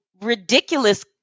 ridiculous